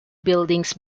buildings